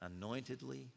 anointedly